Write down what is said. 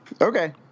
Okay